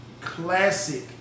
Classic